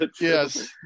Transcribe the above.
yes